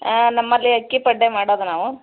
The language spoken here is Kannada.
ಹಾಂ ನಮ್ಮಲ್ಲಿ ಅಕ್ಕಿ ಪಡ್ಡೇ ಮಾಡೋದು ನಾವು